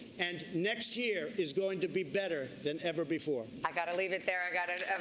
and next year is going to be better than ever before. i've got to leave it there, i got and and